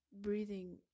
breathing